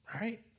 right